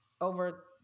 Over